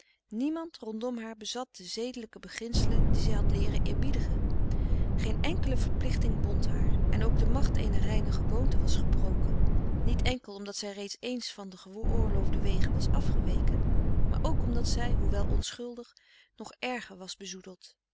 niemand rondom haar bezat de zedelijke beginselen die zij had leeren eerbiedigen geen enkele verplichting bond haar en ook de macht eener reine gewoonte was gebroken niet enkel omdat zij reeds eens van de geoorloofde wegen was afgeweken maar ook omdat zij hoewel onschuldig nog erger was bezoedeld